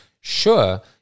Sure